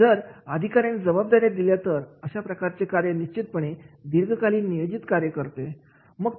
आणि जर अधिकार आणि जबाबदाऱ्या दिल्या असतील तर अशा प्रकारचे कार्य निश्चितपणे दीर्घकालीन नियोजित कार्य करते